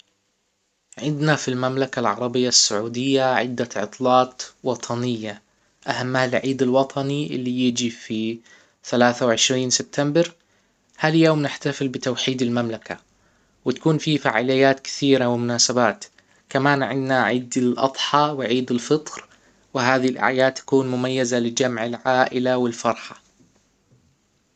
عندنا في المملكة العربية السعودية عدة عطلات وطنية اهمها لعيد الوطني اللي يجي في ثلاثة وعشرين سبتمبر هاليوم نحتفل بتوحيد المملكة وتكون فيه فعاليات كثيرة ومناسبات كمان عنا عيد الاضحى وعيد الفطر وهذه الاعياد تكون مميزة لجمع العائلة والفرحة